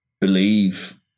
believe